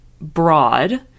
broad